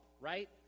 right